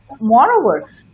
Moreover